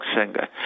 singer